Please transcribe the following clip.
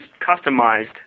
customized